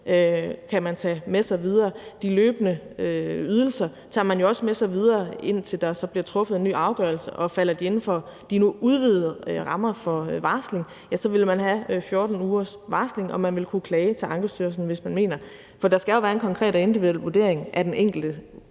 kan man tage med sig videre. De løbende ydelser tager man jo også med sig videre, indtil der så bliver truffet en ny afgørelse, og falder det så inden for de nu udvidede rammer for varsling, ja, så vil man have 14 ugers varsling, og man vil kunne klage til Ankestyrelsen. For der skal være en konkret og individuel vurdering af den enkelte.